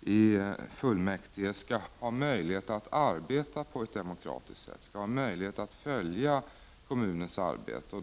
i kommunfullmäktige skall ha möjlighet att arbeta på ett demokratiskt sätt, att de skall ha möjlighet att följa kommunens arbete.